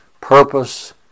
purpose